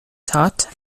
taught